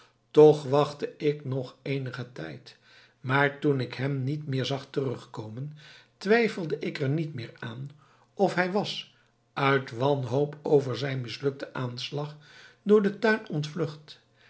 toch wachtte ik nog eenigen tijd maar toen ik hem niet meer zag terugkomen twijfelde ik er niet meer aan of hij was uit wanhoop over zijn mislukten aanslag door den tuin ontvlucht